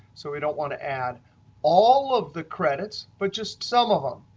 so we don't want to add all of the credits but just some of them.